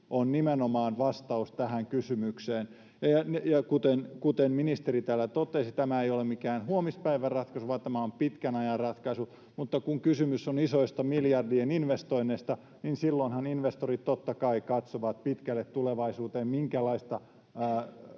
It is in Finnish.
on nimenomaan vastaus tähän kysymykseen. Ja kuten ministeri täällä totesi, tämä ei ole mikään huomispäivän ratkaisu vaan tämä on pitkän ajan ratkaisu, mutta kun kysymys on isoista, miljardien investoinneista, niin silloinhan investorit totta kai katsovat pitkälle tulevaisuuteen, minkälaista